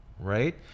right